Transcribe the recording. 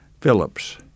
Phillips